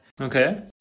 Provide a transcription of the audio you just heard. Okay